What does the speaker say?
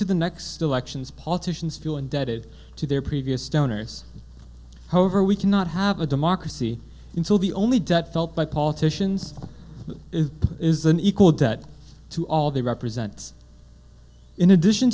to the next elections politicians feel indebted to their previous donors however we cannot have a democracy until the only debt felt by politicians it is an equal debt to all the represents in addition